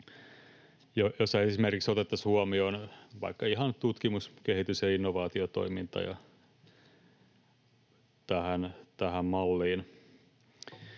jossa esimerkiksi otettaisiin huomioon vaikka ihan tutkimus-, kehitys ja innovaatiotoimintoja tähän malliin.